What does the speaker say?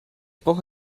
brauche